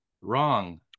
Wrong